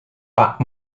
pak